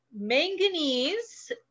Manganese